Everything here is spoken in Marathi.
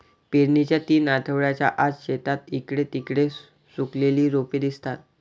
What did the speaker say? पेरणीच्या तीन आठवड्यांच्या आत, शेतात इकडे तिकडे सुकलेली रोपे दिसतात